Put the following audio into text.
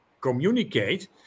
communicate